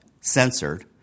censored